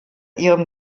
ihrem